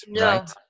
Right